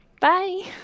Bye